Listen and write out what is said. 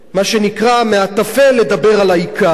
מה שנקרא מהטפל לדבר על העיקר.